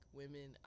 women